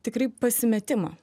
tikrai pasimetimą